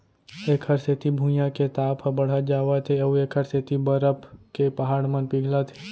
एखर सेती भुइयाँ के ताप ह बड़हत जावत हे अउ एखर सेती बरफ के पहाड़ मन पिघलत हे